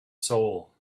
soul